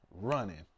running